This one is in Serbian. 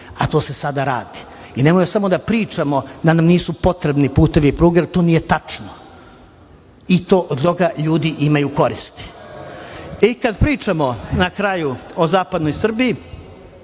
a to se sada radi. Nemoj samo da pričamo da nam nisu potrebni putevi i pruge jer to nije tačno i od toga ljudi imaju koristi. Kad pričamo, na kraju, o zapadnoj Srbiji,